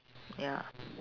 ya